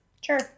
Sure